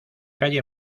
calle